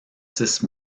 six